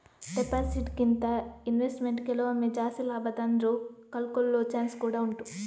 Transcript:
deposit ಗಿಂತ investment ಕೆಲವೊಮ್ಮೆ ಜಾಸ್ತಿ ಲಾಭ ತಂದ್ರೂ ಕಳ್ಕೊಳ್ಳೋ ಚಾನ್ಸ್ ಕೂಡಾ ಉಂಟು